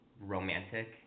romantic